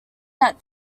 that